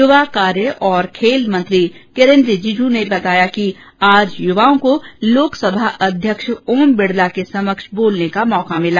युवा कार्य और खेल मंत्री किरेन रिजिजू ने बताया कि आज यूवाओं को लोकसभा अध्यक्ष ओम बिडला के समक्ष बोलने का मौका मिला